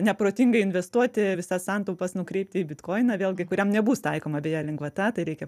neprotingai investuoti visas santaupas nukreipti į bitkoiną vėlgi kuriam nebus taikoma beje lengvata tai eikia